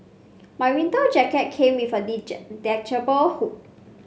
my winter jacket came with a detachable hood